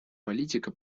политика